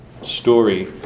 story